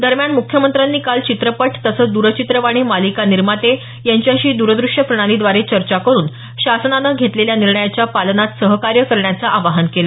दरम्यान मुख्यमंत्र्यांनी काल चित्रपट तसंच द्रचित्रवाणी मालिका निर्माते यांच्याशी द्रदूश्य प्रणालीद्वारे चर्चा करून शासनानं घेतलेल्या निर्णयांच्या पालनात सहकार्य करण्याचं आवाहन केल